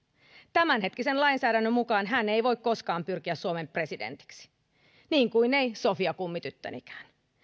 tämänhetkisen lainsäädännön mukaan hän ei voi koskaan pyrkiä suomen presidentiksi niin kuin ei sofia kummityttönikään